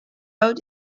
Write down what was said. out